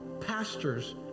pastors